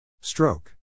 Stroke